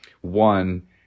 One